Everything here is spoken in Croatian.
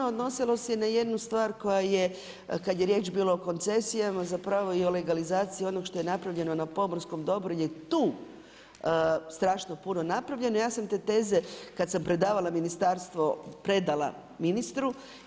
Odnosilo se i na jednu stvar koja je, jada je riječ bilo o koncesijama zapravo i o legalizaciji onog što je napravljeno na pomorskom dobru je tu strašno puno napravljeno ja sam te teze kad sam predavala ministarstvu predala ministru.